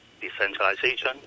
decentralization